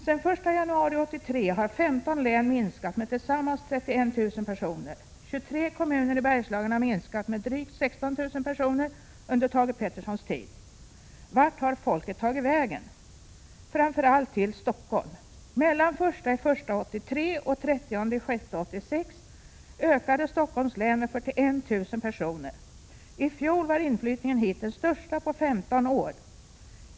Sedan den 1 januari 1983 har 15 län minskat med tillsammans 31 000 personer. 23 kommuner i Bergslagen har minskat med drygt 16 000 personer under Thage Petersons tid. Vart har folket tagit vägen? Framför allt till Stockholm. Mellan den 1 januari 1983 och den 30 juni 1986 ökade Stockholms län med 41 000 personer. I fjol var inflyttningen hit den största på 15 år.